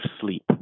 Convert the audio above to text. sleep